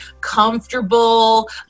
comfortable